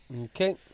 Okay